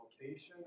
location